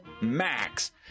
Max